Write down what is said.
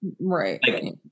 Right